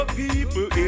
people